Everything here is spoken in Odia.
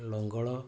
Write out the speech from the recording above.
ଲଙ୍ଗଳ